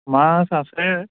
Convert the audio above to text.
মাছ আছে